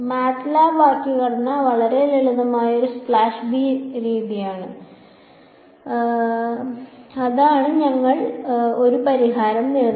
MATLAB വാക്യഘടന വളരെ ലളിതമായ ഒരു സ്ലാഷ് ബി ശരിയാണ് അതാണ് ഞങ്ങൾ ഒരു പരിഹാരം നേടുന്നത്